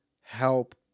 help